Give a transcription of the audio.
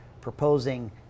proposing